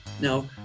now